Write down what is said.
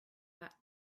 that